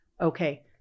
okay